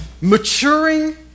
maturing